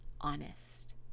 honest